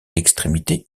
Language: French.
l’extrémité